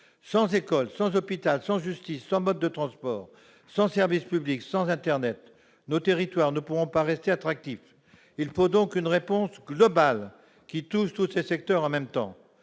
Sans école, sans hôpital, sans justice, sans mode de transport, sans service public, sans internet, nos territoires ne pourront pas rester attractifs. Il faut donc une réponse globale qui touche tous ces secteurs en même temps.